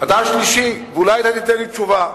אתה השלישי, ואולי אתה תיתן לי תשובה.